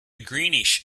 greenish